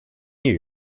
new